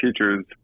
teachers